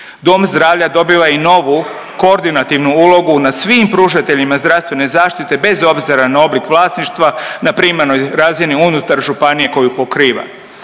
Dom zdravlja dobiva i novu koordinativnu ulogu nad svim pružateljima zdravstvene zaštite bez obzira na oblik vlasništva na primarnoj razini unutar županije koju pokriva.